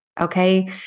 Okay